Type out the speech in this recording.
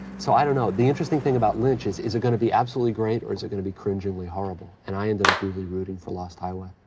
so i don't know. the interesting thing about lynch is, is it going to be absolutely great or is it going to be cringeingly horrible? and i ended up really rooting for lost highway.